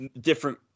different